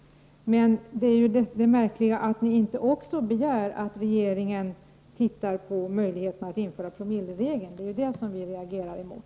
Men det märkliga är att lagutskottet inte också begärde att regeringen skulle se över möjligheterna att införa promilleregeln. Det är detta som vi reagerar mot.